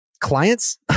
clients